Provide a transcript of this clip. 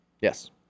Yes